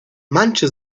manche